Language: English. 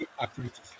activities